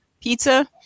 pizza